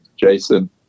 Jason